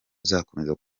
uzakomeza